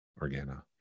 Organa